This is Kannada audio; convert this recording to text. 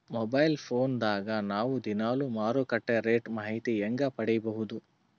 ಮೊಬೈಲ್ ಫೋನ್ ದಾಗ ನಾವು ದಿನಾಲು ಮಾರುಕಟ್ಟೆ ರೇಟ್ ಮಾಹಿತಿ ಹೆಂಗ ಪಡಿಬಹುದು?